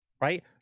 right